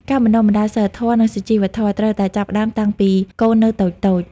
ការបណ្ដុះបណ្ដាលសីលធម៌ និងសុជីវធម៌ ត្រូវតែចាប់ផ្ដើមតាំងពីកូននៅតូចៗ។